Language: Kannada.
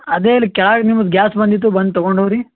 ಅದೇ ಇಲ್ಲಿ ಕೆಳಗೆ ನಿಮ್ದು ಗ್ಯಾಸ್ ಬಂದಿತ್ತು ಬಂದು ತಗೊಂಡೋಗ್ರಿ